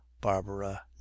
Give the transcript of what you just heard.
barbara